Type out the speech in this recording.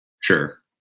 Sure